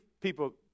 people